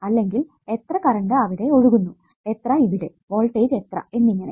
അല്ലെങ്കിൽ എത്ര കറണ്ട് അവിടെ ഒഴുകുന്നു എത്ര ഇവിടെ വോൾടേജ് എത്ര എന്നിങ്ങനെ